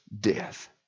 death